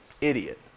idiot